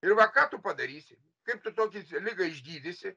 ir va ką tu padarysi kaip tu tokią ligą išgydysi